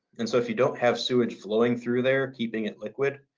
and so, if you don't have sewage flowing through there keeping it liquid,